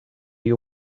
you